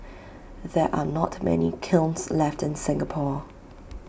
there are not many kilns left in Singapore